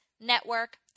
Network